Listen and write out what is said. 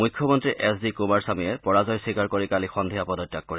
মুখ্যমন্ত্ৰী H D কুমাৰস্বমীয়ে পৰাজয় স্বীকাৰ কৰি কালি সদ্ধিয়া পদত্যাগ কৰে